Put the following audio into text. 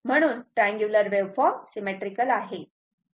म्हणून ही triangular waveform symmetrical आहे